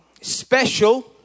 special